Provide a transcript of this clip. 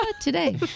today